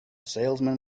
salesman